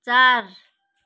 चार